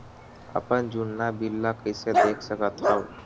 अपन जुन्ना बिल ला कइसे देख सकत हाव?